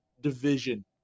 division